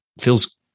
feels